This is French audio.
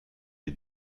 des